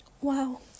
Wow